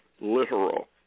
literal